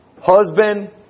husband